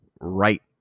right